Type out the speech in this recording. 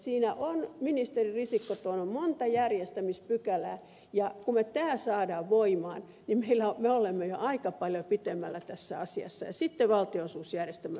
siinä on ministeri risikko tuonut monta järjestämispykälää ja kun me tämän saamme voimaan niin me olemme jo aika paljon pitemmällä tässä asiassa ja sitten valtionosuusjärjestelmä pitää uusia